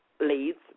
leads